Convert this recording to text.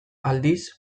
aldiz